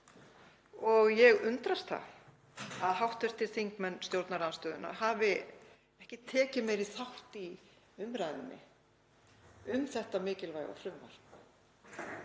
og ég undrast það að hv. þingmenn meiri hlutans hafi ekki tekið meiri þátt í umræðunni um þetta mikilvæga frumvarp.